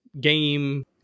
game